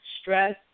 stress